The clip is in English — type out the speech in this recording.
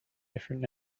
different